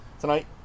tonight